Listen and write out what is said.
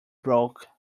bloke